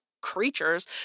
creatures